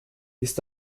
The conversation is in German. ist